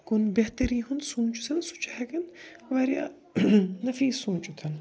کُن بہتری ہُنٛد سوٗنٛچِتھ سُہ چھُ ہٮ۪کان وارِیاہ نفیٖز سونٛچتھ